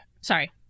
Sorry